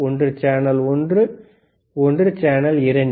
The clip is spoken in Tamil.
ஒன்று சேனல் ஒன்று ஒன்று சேனல் 2